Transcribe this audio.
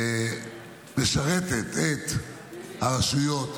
משרתת את הרשויות.